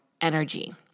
energy